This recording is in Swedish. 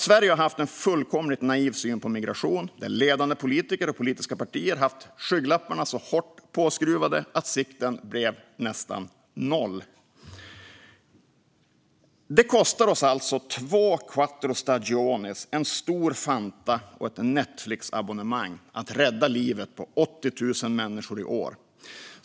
Sverige har haft en fullkomligt naiv syn på migration, där ledande politiker och politiska partier haft skygglapparna så hårt fastspända att sikten varit nästan noll. "Det kostar oss alltså två quattro stagionis, en stor Fanta och ett Netflix-abonnemang att rädda livet på 80 000 människor i år."